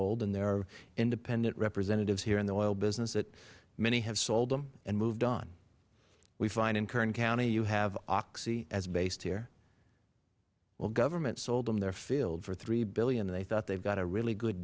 old and there are independent representatives here in the oil business that many have sold them and moved on we find in kern county you have oxy is based here well government sold them their field for three billion and they thought they got a really good